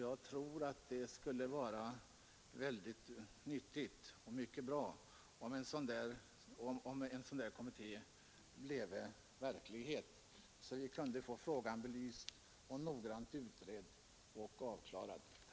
Jag tror att det skulle vara värdefullt om en sådan kommitté tillsattes så att vi kunde få dessa problem noggrant utredda.